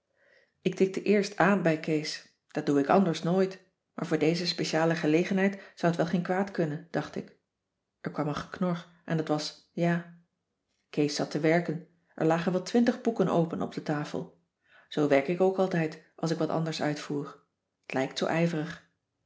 ik tikte eerst aan bij kees dat doe ik anders nooit maar voor deze speciale gelegenheid zou t wel geen kwaad kunnen dacht ik er kwam een geknor en dat was ja kees zat te werken er lagen wel twintig boeken open op de tafel zoo werk ik ook altijd als ik wat anders uitvoer t lijkt zoo ijverig